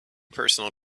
personal